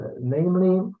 namely